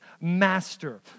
master